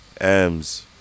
M's